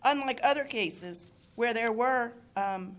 unlike other cases where there were